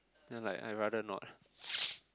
then like I rather not